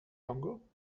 dongle